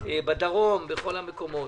בדרום ובכל המקומות.